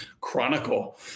chronicle